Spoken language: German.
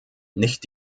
nicht